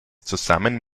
zusammen